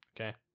Okay